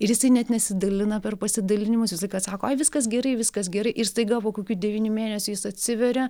ir jisai net nesidalina per pasidalinimus visą laiką sako ai viskas gerai viskas gerai ir staiga po kokių devynių mėnesių jis atsiveria